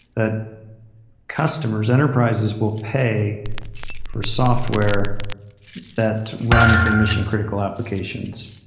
that customers, enterprises, will pay for software that runs their mission-critical applications.